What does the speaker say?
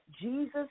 Jesus